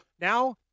now